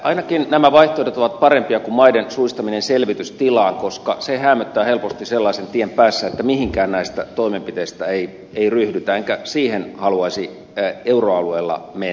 ainakin nämä vaihtoehdot ovat parempia kuin maiden suistaminen selvitystilaan koska se häämöttää helposti sellaisen tien päässä että mihinkään näistä toimenpiteistä ei ryhdytä enkä siihen haluaisi euroalueella mennä